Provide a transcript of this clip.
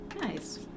Nice